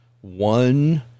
one